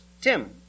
Tim